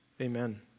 amen